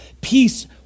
peace